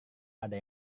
ada